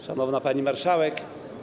Szanowna Pani Marszałek!